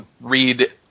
read